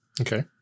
Okay